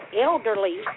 elderly